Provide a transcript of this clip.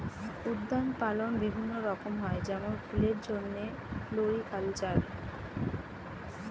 উদ্যান পালন বিভিন্ন রকম হয় যেমন ফুলের জন্যে ফ্লোরিকালচার